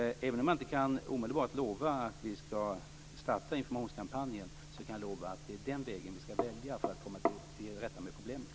Även om jag inte omedelbart kan lova att vi ska starta informationskampanjen, kan jag lova att det är den vägen vi ska välja för att komma till rätta med problemet.